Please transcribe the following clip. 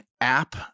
app